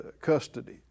custody